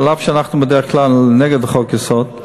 אף שאנחנו בדרך כלל נגד חוקי-יסוד,